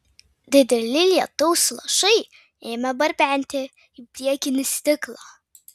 dideli lietaus lašai ėmė barbenti į priekinį stiklą